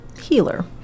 healer